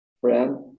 friend